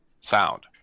sound